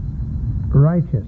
righteous